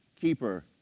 keeper